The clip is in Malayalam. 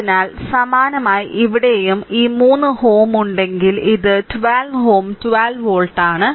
അതിനാൽ സമാനമായി ഇവിടെയും ഈ 3Ω ഉണ്ടെങ്കിൽ ഇത് 12 Ω 12 വോൾട്ട് ആണ്